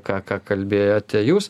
ką ką kalbėjote jūs